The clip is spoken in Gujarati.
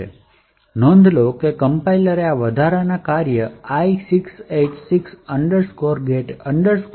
તેથી નોંધ લો કે કમ્પાઇલરે આ વધારાના કાર્યો i686 get pc thunk